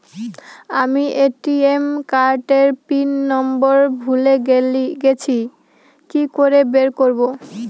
আমি ATM card এর pin number ভুলে গেছি কি করে বের করব?